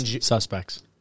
suspects